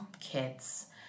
kids